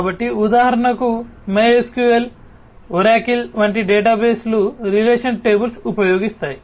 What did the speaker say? కాబట్టి ఉదాహరణకు MySQL Oracle వంటి డేటాబేస్లు రిలేషనల్ టేబుల్స్ ఉపయోగిస్తాయి